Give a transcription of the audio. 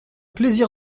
plaisir